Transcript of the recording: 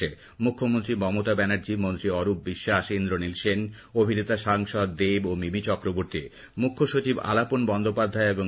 শোক মিছিলে পা মেলান মুখ্যমন্ত্রী মমতা ব্যানার্জি মন্ত্রী অরূপ বিশ্বাস ইন্দ্রনীল সেন অভিনেতা সাংসদ দেব মিমি চক্রবর্তী মুখ্যসচিব আলাপন বন্দ্যোপাধ্যায় প্রমুখ